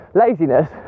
laziness